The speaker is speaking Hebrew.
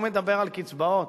הוא מדבר על קצבאות,